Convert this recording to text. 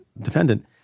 defendant